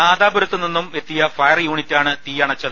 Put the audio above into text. നാദാപുരത്ത് നിന്നും എത്തിയ ഫയർ യൂണിറ്റാണ് തീയണച്ചത്